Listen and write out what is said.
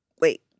wait